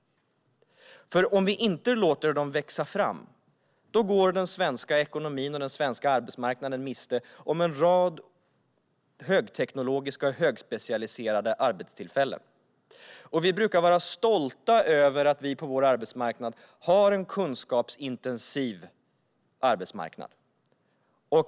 Om vi inte låter dem växa fram går den svenska ekonomin och arbetsmarknaden miste om en rad högteknologiska och högspecialiserade arbetstillfällen. Vi brukar vara stolta över att vi har en kunskapsintensiv arbetsmarknad.